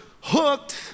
hooked